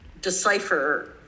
Decipher